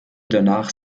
danach